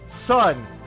son